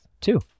two